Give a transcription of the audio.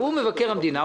הוא מבקר המדינה,